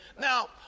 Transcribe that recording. Now